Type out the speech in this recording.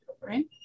Right